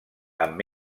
amb